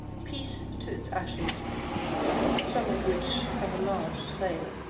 peace to its ashes some of which have a large sale.